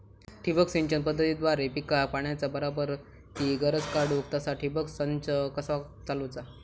ठिबक सिंचन पद्धतीद्वारे पिकाक पाण्याचा बराबर ती गरज काडूक तसा ठिबक संच कसा चालवुचा?